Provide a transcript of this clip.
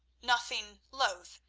nothing loth.